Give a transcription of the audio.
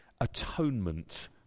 atonement